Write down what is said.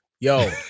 Yo